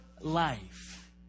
life